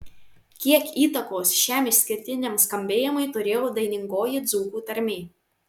kiek įtakos šiam išskirtiniam skambėjimui turėjo dainingoji dzūkų tarmė